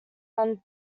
one